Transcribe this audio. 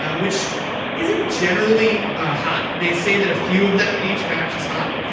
um which isn't generally hot. they say that a few of them in each batch is hot.